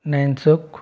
Nainsukh